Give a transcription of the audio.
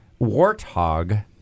warthog